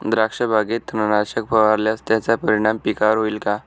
द्राक्षबागेत तणनाशक फवारल्यास त्याचा परिणाम पिकावर होईल का?